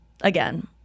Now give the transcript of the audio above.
again